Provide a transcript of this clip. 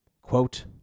Quote